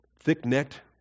thick-necked